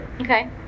Okay